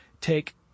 take